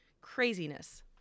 craziness